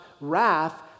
wrath